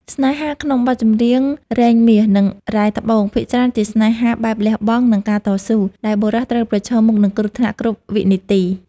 ស្នេហាក្នុងបទចម្រៀងរែងមាស និងរ៉ែត្បូង ភាគច្រើនជាស្នេហាបែបលះបង់ និងការតស៊ូ ដែលបុរសត្រូវប្រឈមមុខនឹងគ្រោះថ្នាក់គ្រប់វិនាទី។